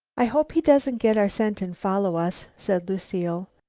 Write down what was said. i hope he doesn't get our scent and follow us, said lucile.